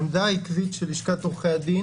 העמדה העקבית של לשכת עורכי הדין